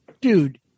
Dude